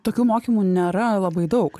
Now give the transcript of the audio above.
tokių mokymų nėra labai daug